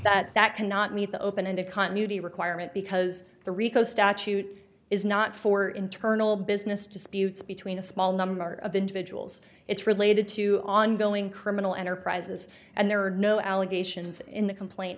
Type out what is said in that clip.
that that cannot meet the open and a continuity requirement because the rico statute is not for internal business disputes between a small number of individuals it's related to ongoing criminal enterprises and there are no allegations in the complaint